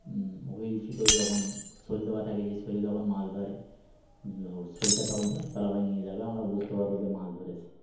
wheel ছুটোই যখন শোল দেওয়া থাকে সেই শোলে যখন মাছ ধরে শোলটা তখন চলতলাভায় নিয়ে যাবে আমরা বুঝতে পারবো যে মাছ ধরে সে